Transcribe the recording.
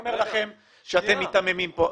לכם שאתם מיתממים פה.